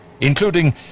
including